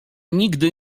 nigdy